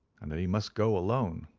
and that he must go alone.